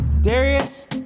Darius